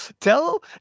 tell